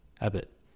Abbott